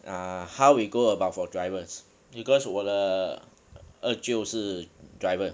err how we go about for drivers because 我的二舅是 driver